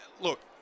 Look